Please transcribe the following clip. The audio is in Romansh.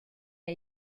era